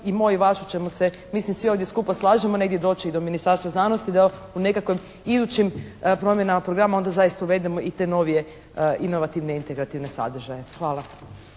i moj i vaš o čemu se mislim svi ovdje skupa slažemo negdje doći i do Ministarstva znanosti da u nekakvom idućim promjenama programa onda zaista uvedemo i te novije inovativne, integrativne sadržaje. Hvala.